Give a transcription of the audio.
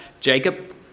Jacob